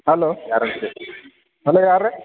hello hello ಯಾರು ರೀ